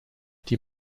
die